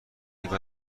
دیگه